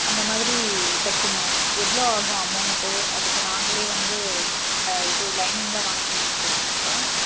அந்தமாதிரி தைக்கணும் எவ்வளோ ஆகும் அமௌண்ட்டு அதுக்கு நாங்களே வந்து இது லைனிங்கெல்லாம் வாங்கிட்டு வந்து கொடுக்கணுங்களா